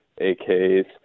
AKs